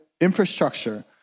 infrastructure